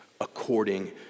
according